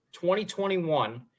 2021